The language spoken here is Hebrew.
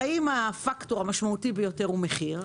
הרי אם הפקטור המשמעותי ביותר הוא מחיר,